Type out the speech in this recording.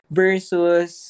versus